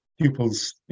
pupils